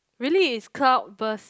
really is cloud burst